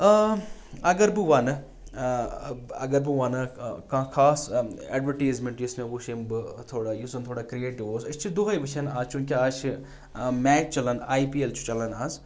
اَگر بہٕ وَنہٕ اَگر بہٕ وَنَکھ کانٛہہ خاص اٮ۪ڈوِٹیٖزمٮ۪نٛٹ یُس مےٚ وٕچھ ییٚمۍ بہٕ تھوڑا یُس زَن تھوڑا کِرٛیٹِو اوس أسۍ چھِ دۄہَے وٕچھان آز چونٛکہِ آز چھِ میچ چلان آی پی اٮ۪ل چھُ چَلان آز